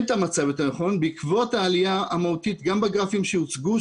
בעקבות העלייה המהותית גם בגרפים שהוצגו,